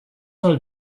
mal